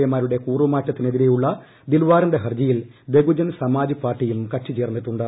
A മാരുടെ കൂറുമാറ്റത്തിനെതിരെയുള്ള ദിൽവാറിന്റെ ഹർജിയിൽ ബഹുജൻ സമാജ് പാർട്ടിയും കക്ഷിചേർന്നിട്ടുണ്ട്